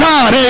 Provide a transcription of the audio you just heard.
God